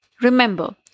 Remember